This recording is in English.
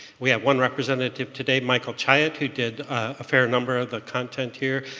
we have one representative today, michael chyet who did a fair number of the content here,